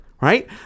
right